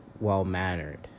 well-mannered